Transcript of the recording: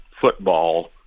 football